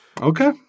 okay